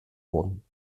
worden